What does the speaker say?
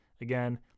Again